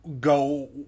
go